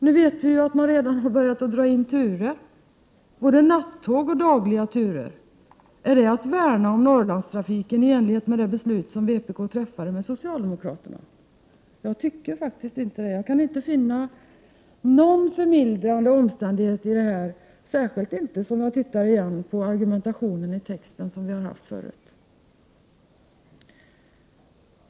Nu vet vi ju att man redan har börjat att dra in turer, såväl nattliga som dagliga turer. Är det att värna om Norrlandstrafiken i enlighet med den överenskommelse som vpk träffade med socialdemokraterna? Det tycker jag faktiskt inte. Jag kan inte finna någon förmildrande omständighet i detta, i synnerhet inte när jag tar del av argumentationen i texten.